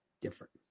different